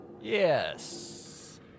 Yes